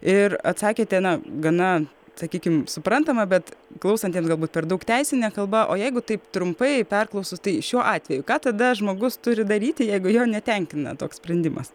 ir atsakėte na gana sakykim suprantamai bet klausantiems galbūt per daug teisine kalba o jeigu taip trumpai perklausus tai šiuo atveju ką tada žmogus turi daryti jeigu jo netenkina toks sprendimas